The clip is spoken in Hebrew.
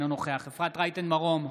אינו נוכח אפרת רייטן מרום,